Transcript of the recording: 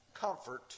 Comfort